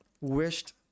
wished